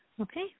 Okay